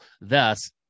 Thus